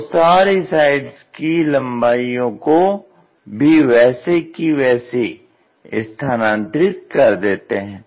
और सारी साइड्स की लंबाइयों को भी वैसे की वैसी स्थानांतरित कर देते हैं